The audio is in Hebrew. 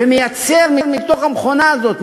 ומייצר מתוך המכונה הזאת,